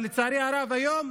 אבל לצערי הרב, היום